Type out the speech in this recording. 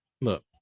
look